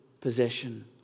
possession